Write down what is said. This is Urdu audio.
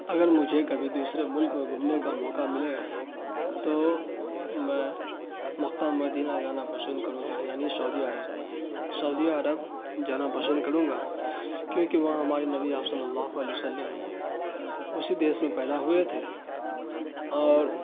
اگر مجھے کبھی دوسرے ملک میں گھومنے کا موقع ملے گا تو میں مقہ مدینہ جانا پشند کروں گا یعنی شعودی عرب شعودی عرب جانا پشند کروں گا کیونکہ وہاں ہمارے نبی آپ صلی اللہ علیہ و سلم اسی دیس میں پیدا ہوئے تھے اور